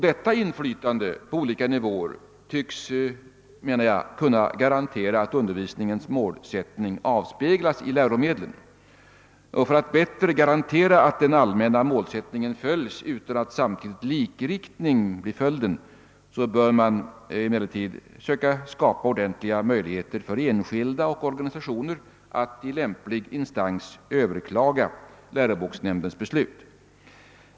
Detta inflytande på olika nivåer tycks enligt min uppfattning kunna garantera att undervisningens målsättning avspeglas i läromedlen. För att bättre garantera att den allmänna målsättningen följs utan att samtidigt likriktning blir följden bör man emellertid söka skapa ordentliga möjligheter för enskilda och organisationer att i lämplig instans överklaga läroboksnämndens beslut.